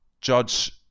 judge